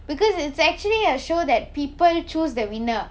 because it's actually a show that people choose the winner